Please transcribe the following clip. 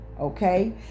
Okay